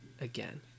again